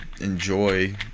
enjoy